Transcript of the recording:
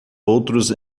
outros